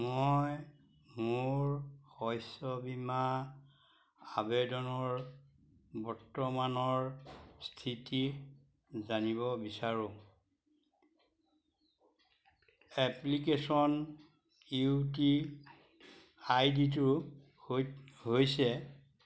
মই মোৰ শস্য বীমা আবেদনৰ বৰ্তমানৰ স্থিতি জানিব বিচাৰোঁ application U T I ditto হৈছে